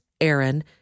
Aaron